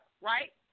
right